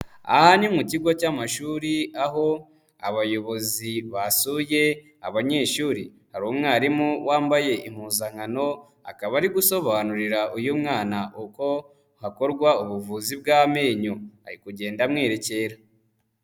Aha ni mu kigo cy'amashuri aho abayobozi basuye abanyeshuri, hari umwarimu wambaye impuzankano akaba ari gusobanurira uyu mwana uko hakorwa ubuvuzi bw'amenyo ari kugenda amwerekera.